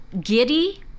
giddy